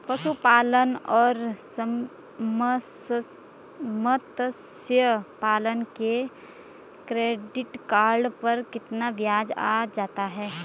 पशुपालन और मत्स्य पालन के क्रेडिट कार्ड पर कितना ब्याज आ जाता है?